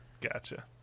Gotcha